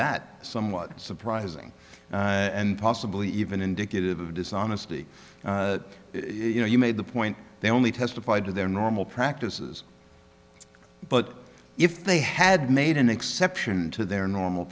that somewhat surprising and possibly even indicative of dishonesty you know you made the point they only testified to their normal practices but if they had made an exception to their normal